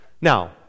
Now